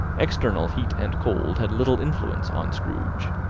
external heat and cold had little influence on scrooge.